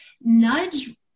Nudge